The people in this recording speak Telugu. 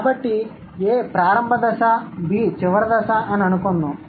కాబట్టి A ప్రారంభ దశ B చివరి దశ అని అనుకుందాం